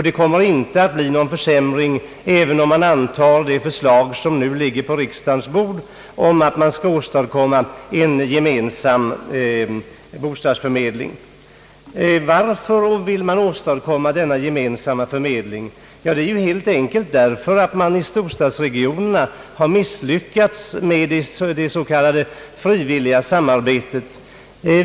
Det kommer heller inte att bli någon försämring om man antar det förslag, som nu ligger på riksdagens bord, om att få till stånd en gemensam bostadsförmedling. Varför vill man åstadkomma en sådan gemensam förmedling? Det är helt enkelt därför att man inom storstadsregionerna har misslyckats med att frivilligt lösa frågan.